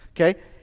okay